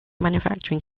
manufacturing